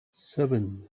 seven